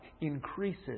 increases